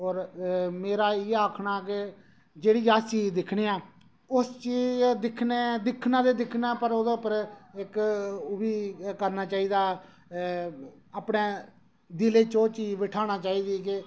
और मेरा इ'यै आखना कि जेह्ड़ी अस चीज दिक्खने आं उस चीज दिक्खना ते दिक्खने पर ओह्दे पर एह् बी करना चाहिदा एह् अपने दिलै च ओह् चीज बठाना चाहिदी कि